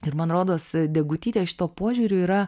ir man rodos degutytė šituo požiūriu yra